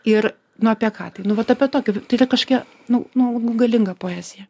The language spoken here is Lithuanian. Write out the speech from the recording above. ir nuo apie ką tai nu vat apie tokį tai yra kažkia nu nu nu galinga poezija